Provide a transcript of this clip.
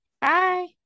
Bye